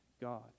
God